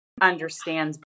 understands